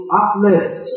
uplift